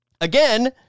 Again